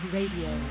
Radio